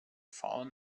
fallen